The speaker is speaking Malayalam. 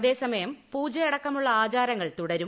അതേസമയം പൂജ അടക്കമുള്ള ആചാരങ്ങൾ തുടരും